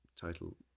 title